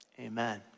Amen